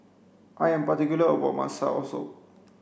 I am particular about my soursop